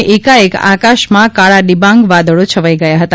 અને એકાએક આકાશમાં કાળા ડિબાંગ વાદળો છવાઇ ગયા હતા